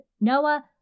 Noah